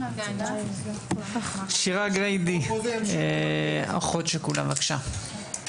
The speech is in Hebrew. שירה גריידי, אחות שכולה, בבקשה.